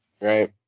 Right